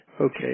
okay